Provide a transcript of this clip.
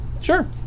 sure